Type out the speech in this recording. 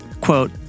Quote